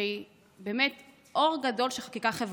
שהיא אור גדול של חקיקה חברתית,